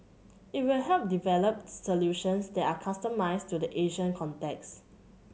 it will help develop solutions that are customised to the Asian context